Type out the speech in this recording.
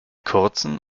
kurzen